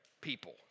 people